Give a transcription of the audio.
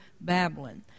Babylon